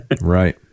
right